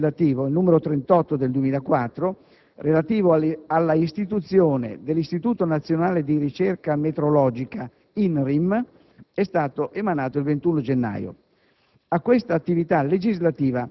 Un ulteriore decreto legislativo, il n. 38 del 2004, relativo all'istituzione dell'Istituto Nazionale di Ricerca Metrologica (I.N.RI.M) è stato emanato il 21 gennaio